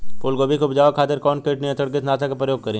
फुलगोबि के उपजावे खातिर कौन कीट नियंत्री कीटनाशक के प्रयोग करी?